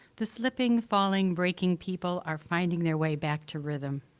the slipping, falling, breaking people are finding their way back to rhythm.